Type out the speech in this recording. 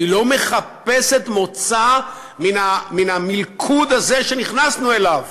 היא לא מחפשת מוצא מן המלכוד הזה שנכנסנו אליו,